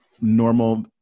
normal